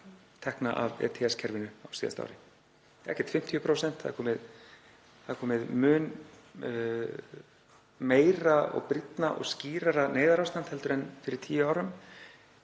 tekna af ETS-kerfinu á síðasta ári, ekkert 50%. Það er komið mun meira og brýnna og skýrara neyðarástand heldur en fyrir tíu árum.